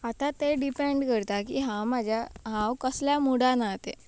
आतां तें डिपेंड करता की हांव म्हज्या हांव कसल्या मुडान आसा तें